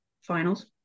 finals